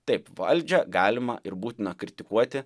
taip valdžią galima ir būtina kritikuoti